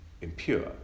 impure